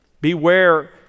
beware